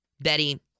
Betty